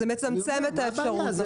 זה מצמצם את האפשרות.